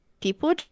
people